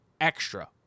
extra